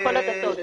לכל הדתות.